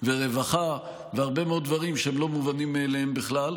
ורווחה והרבה מאוד דברים שהם לא מובנים מאליהם בכלל.